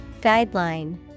Guideline